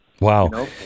wow